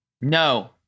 no